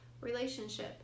relationship